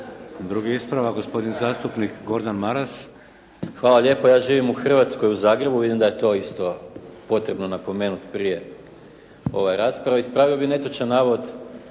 Drugi ispravak, gospodin zastupnik Gordan Maras. **Maras, Gordan (SDP)** Hvala lijepo. Ja živim u Hrvatskoj u Zagrebu, vidim da je to isto potrebno napomenuti prije rasprave. Ispravio bih netočan navod,